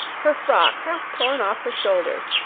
her frock half torn off her shoulders,